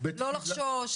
לא לחשוש,